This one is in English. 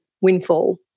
windfall